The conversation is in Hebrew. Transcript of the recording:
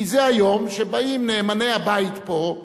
כי זה היום שבאים נאמני הבית פה,